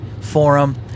forum